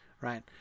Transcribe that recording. right